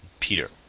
peter